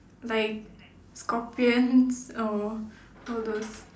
like scorpions or all those